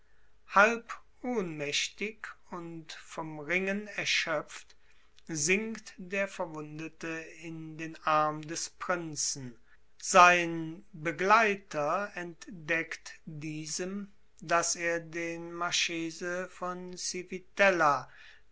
halb ohnmächtig und vom ringen erschöpft sinkt der verwundete in den arm des prinzen sein begleiter entdeckt diesem daß er den marchese von